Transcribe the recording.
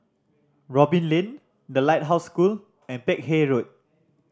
Robin Lane The Lighthouse School and Peck Hay Road